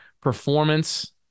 Performance